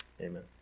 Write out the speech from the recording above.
Amen